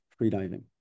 freediving